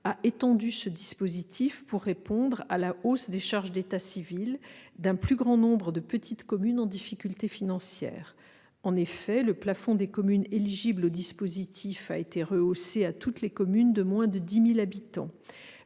a étendu ce dispositif, pour prendre en compte la hausse des charges d'état civil d'un plus grand nombre de petites communes en difficultés financières. Le plafond des communes éligibles au dispositif a été rehaussé pour englober toutes les communes de moins de 10 000 habitants.